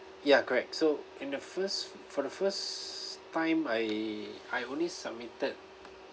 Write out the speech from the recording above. ya correct so in the first for the first time I I only submitted